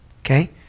okay